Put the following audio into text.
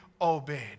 obeyed